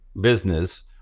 business